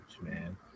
man